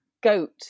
goat